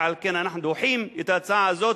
ועל כן אנחנו דוחים את ההצעה הזאת,